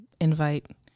invite